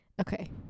Okay